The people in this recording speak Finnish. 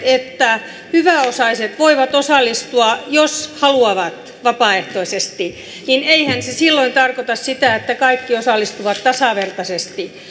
että hyväosaiset voivat osallistua jos haluavat vapaaehtoisesti niin eihän se silloin tarkoita sitä että kaikki osallistuvat tasavertaisesti